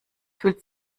fühlt